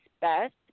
best